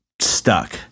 stuck